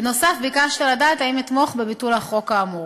בנוסף, ביקשת לדעת אם אתמוך בביטול החוק האמור.